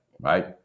right